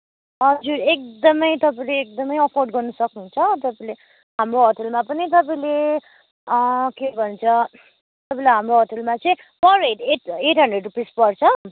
हजुर एकदमै तपाईँले एकदमै अफोर्ड गर्न सक्नुहुन्छ तपाईँले हाम्रो होटलमा पनि तपाईँले के भन्छ तपाईँले हाम्रो होटलमा चाहिँ per head eight eight hundred rupees पर्छ